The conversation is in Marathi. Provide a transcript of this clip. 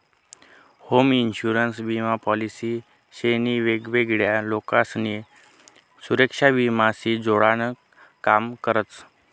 होम इन्शुरन्स विमा पॉलिसी शे नी वेगवेगळा लोकसले सुरेक्षा विमा शी जोडान काम करतस